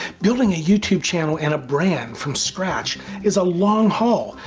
building a youtube channel and a brand from scratch is a long haul,